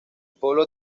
polo